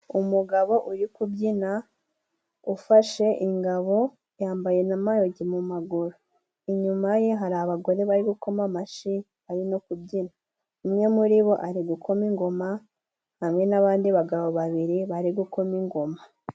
Umugabo uri kubyina ufashe ingabo yambaye n'amayogi mu maguru. Inyuma ye hari abagore bari gukoma amashi bari no kubyina. Umwe muri bo ari gukoma ingoma hamwe n'abandi bagabo babiri bari gukoma ingoma.